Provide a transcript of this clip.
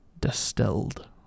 distilled